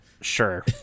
Sure